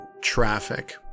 traffic